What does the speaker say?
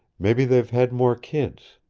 mebby they've had more kids!